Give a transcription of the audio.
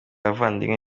abavandimwe